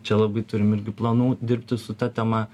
čia labai turim irgi planų dirbti su ta tema